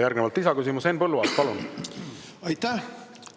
Järgnevalt lisaküsimus. Henn Põlluaas, palun! Aitäh!